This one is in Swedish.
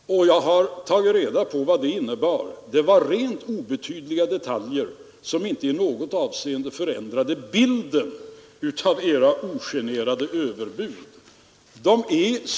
Jag har fått reda på att dessa påringningar rörde rent obetydliga detaljer som inte i något avseende förändrade bilden av era ogenerade överbud.